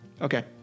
Okay